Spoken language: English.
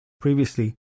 Previously